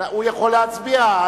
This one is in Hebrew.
הוא יכול להצביע.